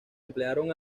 emplearon